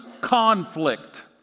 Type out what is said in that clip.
conflict